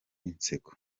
inseko